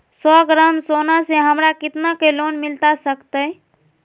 सौ ग्राम सोना से हमरा कितना के लोन मिलता सकतैय?